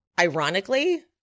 Ironically